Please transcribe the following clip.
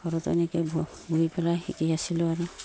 ঘৰতে এনেকৈ বহি পেলাই শিকি আছিলোঁ আৰু